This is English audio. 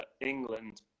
england